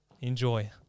Enjoy